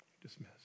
Dismiss